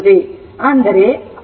ಅಂದರೆ i v 20 c d v d t ಇರುತ್ತದೆ